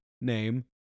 name